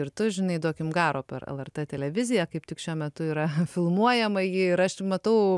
ir tu žinai duokim garo per lrt televiziją kaip tik šiuo metu yra filmuojama ji ir aš matau